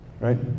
right